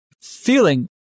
feeling